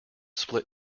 split